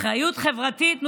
אחריות חברתית?